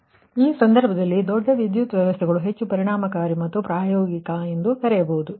ಆದ್ದರಿಂದ ಈ ಸಂದರ್ಭದಲ್ಲಿ ನೀವು ದೊಡ್ಡ ವಿದ್ಯುತ್ ವ್ಯವಸ್ಥೆಗಳಿಗೆ ಹೆಚ್ಚು ಪರಿಣಾಮಕಾರಿ ಮತ್ತು ಪ್ರಾಯೋಗಿಕ ಎಂದು ಕರೆಯುತ್ತೀರಿ